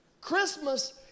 Christmas